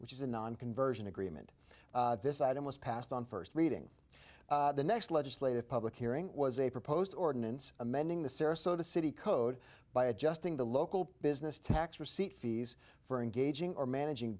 which is a non conversion agreement this item was passed on first reading the next legislative public hearing was a proposed ordinance amending the sarasota city code by adjusting the local business tax receipt fees for engaging or managing